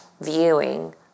viewing